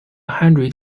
hundred